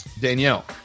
Danielle